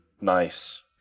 nice